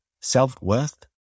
Self-worth